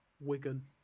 Wigan